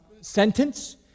sentence